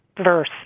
verse